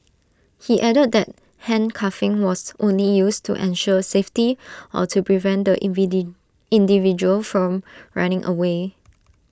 he added that handcuffing was only used to ensure safety or to prevent the individual from running away